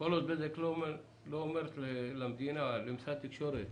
שכל עוד בזק לא אומרת למדינה ולמשרד התקשורת